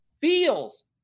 feels